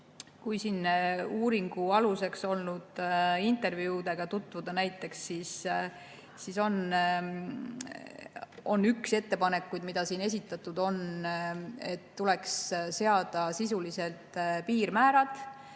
Kui siin uuringu aluseks olnud intervjuudega tutvuda, siis üks ettepanek, mis siin esitatud on, [on see,] et tuleks seada sisuliselt piirmäärad,